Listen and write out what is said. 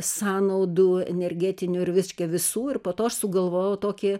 sąnaudų energetinių ir reiškia visų ir po to aš sugalvojau tokį